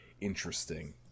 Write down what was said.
interesting